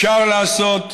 אפשר לעשות,